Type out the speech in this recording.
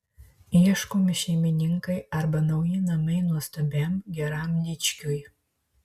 ieškomi šeimininkai arba nauji namai nuostabiam geram dičkiui